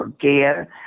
care